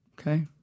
okay